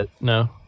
no